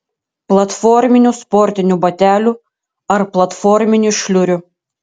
platforminių sportinių batelių ar platforminių šliurių